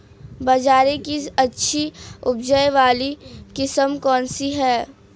बाजरे की अच्छी उपज वाली किस्म कौनसी है?